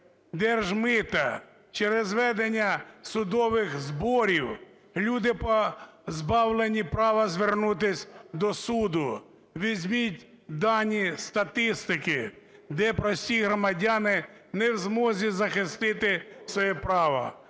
держмита, через введення судових зборів люди позбавлені права звернутися до суду. Візьміть дані статистики, де прості громадяни не в змозі захистити це право.